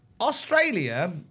Australia